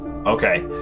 Okay